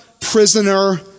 prisoner